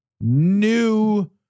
new